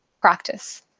practice